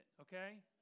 okay